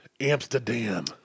Amsterdam